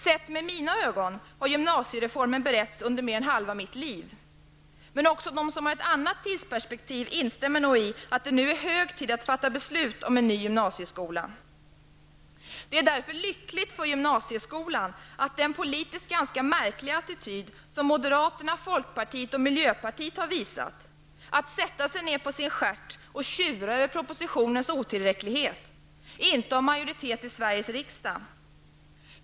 Sett med mina ögon har gymnasiereformen beretts under mer än halva mitt liv, men också de som har ett annat tidsperspektiv instämmer nog i att det nu är hög tid att fatta beslut om en ny gymnasieskola. Det är därför lyckligt för gymnasieskolan att den politiskt ganska märkliga attityd som moderaterna, folkpartiet och miljöpartiet har visat -- att sätta sig ned på sin stjärt och tjura över propositionens otillräcklighet -- inte har majoritet i Sveriges riksdag.